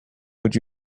would